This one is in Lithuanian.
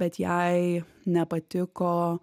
bet jai nepatiko